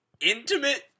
intimate